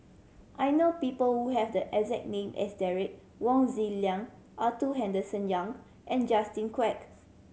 I know people who have the exact name as Derek Wong Zi Liang Arthur Henderson Young and Justin Quek